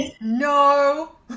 no